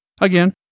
Again